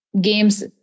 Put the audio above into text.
games